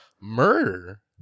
Murder